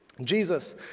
Jesus